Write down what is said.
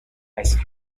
ice